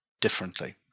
differently